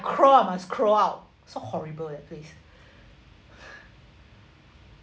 crawl must crawl out so horrible that place